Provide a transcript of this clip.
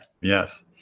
Yes